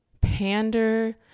pander